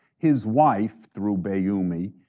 his wife, through bayoumi,